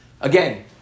again